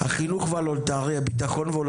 החינוך; הביטחון.